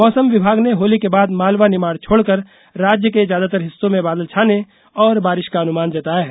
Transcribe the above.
मौसम विभाग ने होली के बाद मालवा निमाड़ छोड़कर राज्य के ज्यादातर हिस्सों में बादल छाने और बारिश का अनुमान जताया है